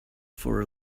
for